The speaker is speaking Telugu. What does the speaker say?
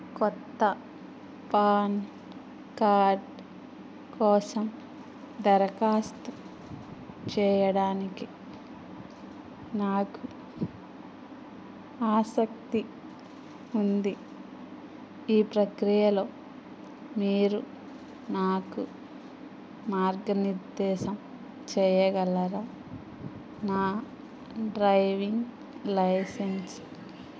కొత్త పాన్ కార్డ్ కోసం దరఖాస్తు చేయడానికి నాకు ఆసక్తి ఉంది ఈ ప్రక్రియలో మీరు నాకు మార్గనిర్దేశం చేయగలర నా డ్రైవింగ్ లైసెన్స్